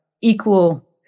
equal